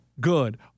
good